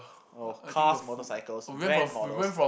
oh cars motorcycles van models